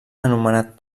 anomenat